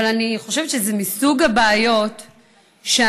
אבל אני חושבת שזה מסוג הבעיות שאנחנו,